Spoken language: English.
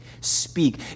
speak